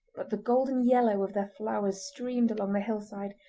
but the golden yellow of their flowers streamed along the hillside,